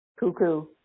Cuckoo